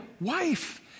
wife